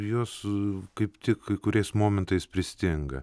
jos kaip tik kai kuriais momentais pristinga